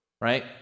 right